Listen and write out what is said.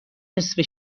نصفه